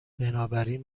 بنابراین